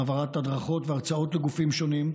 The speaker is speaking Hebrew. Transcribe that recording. העברת הדרכות והרצאות לגופים שונים,